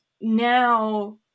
now